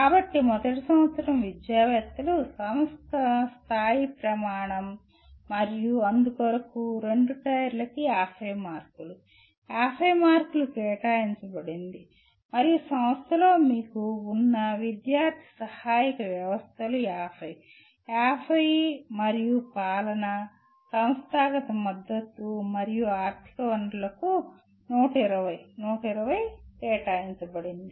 కాబట్టి మొదటి సంవత్సరం విద్యావేత్తలు సంస్థ స్థాయి ప్రమాణం మరియు అందుకొరకు రెండు టైర్ లకి 50 మార్కులు 50 మార్కులు కేటాయించబడింది మరియు సంస్థలో మీకు ఉన్న విద్యార్థి సహాయక వ్యవస్థలు 50 50 మరియు పాలన సంస్థాగత మద్దతు మరియు ఆర్థిక వనరులకు 120 120 కేటాయించబడింది